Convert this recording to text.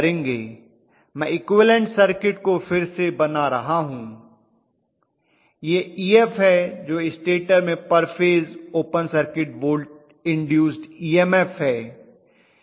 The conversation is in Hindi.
मै इक्विवलन्ट सर्किट को फिर से बना रहा हूँ यह Ef है जो स्टेटर में per phase open circuit induced EMF है